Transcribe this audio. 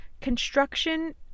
Construction